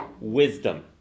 wisdom